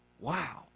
Wow